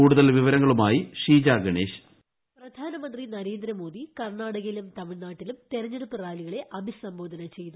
കൂടുതൽ വിവരങ്ങളുമായി ഷീജ ഗണേശ്പ്പ വോയിസ്റ്റ് പ്രധാനമന്ത്രി നരേന്ദ്രമോദി കർണ്ണാടകയിലും തമിഴ്നാട്ടിലും തെര ഞ്ഞെടുപ്പ് റാലികളെ അഭിസംബോധന ചെയ്തു